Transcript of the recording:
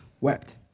wept